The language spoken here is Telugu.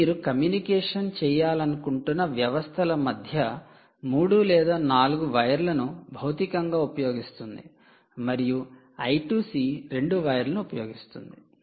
ఇది మీరు కమ్యూనికేషన్ చేయాలనుకుంటున్న వ్యవస్థల మధ్య 3 లేదా 4 వైర్లను భౌతికంగా ఉపయోగిస్తుంది మరియు 'I2C' 2 వైర్లను ఉపయోగిస్తుంది